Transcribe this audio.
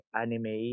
anime